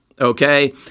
Okay